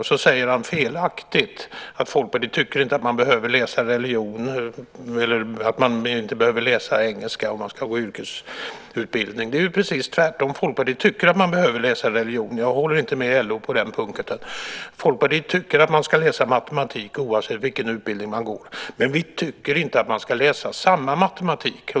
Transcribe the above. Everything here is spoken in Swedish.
Sedan säger han felaktigt att Folkpartiet inte tycker att religion eller engelska behöver läsas om man ska gå en yrkesutbildning. Det är precis tvärtom. Folkpartiet tycker att man behöver läsa religion. Jag håller inte med LO på den punkten. Folkpartiet tycker att man ska läsa matematik oavsett vilken utbildning man går. Men vi tycker inte att man ska läsa samma matematik.